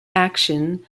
action